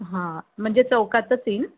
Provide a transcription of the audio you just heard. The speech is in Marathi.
हां म्हणजे चौकातच येईल